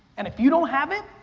and if you don't have it,